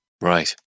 Right